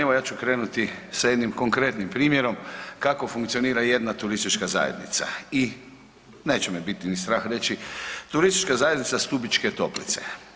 Evo, ja ću krenuti sa jednim konkretnim primjerom kako funkcionira jedna turistička zajednica i neće me biti ni strah reći, turistička zajednica Stubičke Toplice.